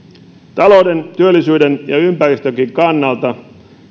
talouden työllisyyden ja ympäristönkin kannalta